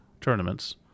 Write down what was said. tournaments